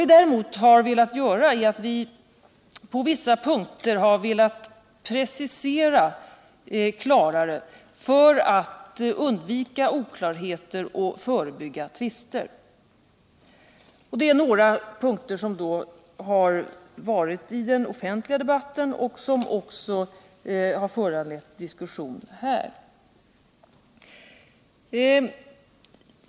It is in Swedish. Vi har däremot på vissa punkter velat göra klarare preciseringar för att undvika oklarheter och förebygga tvister. Det är några sådana punkter som 65 kommit upp i den offentliga debatten och som också föranlett diskussion här.